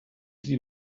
sie